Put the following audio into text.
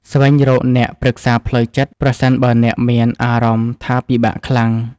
ស្វែងរកអ្នកប្រឹក្សាផ្លូវចិត្ត ប្រសិនបើអ្នកមានអារម្មណ៍ថាពិបាកខ្លាំង។